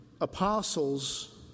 apostles